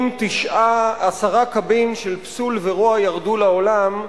אם עשרה קבין של פסול ורוע ירדו לעולם,